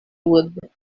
would